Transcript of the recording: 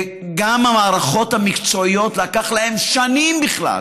וגם המערכות המקצועיות, לקח להן שנים בכלל